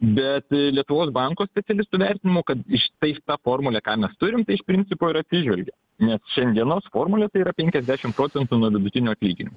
bet lietuvos banko specialistų vertinimu kad šitais ta formulė ką mes turim tai iš principo ir atsižvelgia nes šiandienos formulė tai yra penkiasdešimt procentų nuo vidutinio atlyginimo